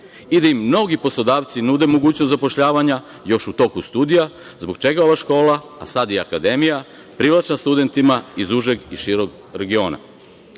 i da im mnogi poslodavci nude mogućnost zapošljavanja još u toku studija, zbog čega ova škola, a sad i Akademija, su privlačne studentima iz užeg i šireg regiona. Kao